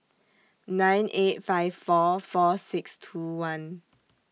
nine eight five four four six two one